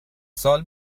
سال